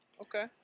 okay